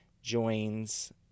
joins